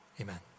Amen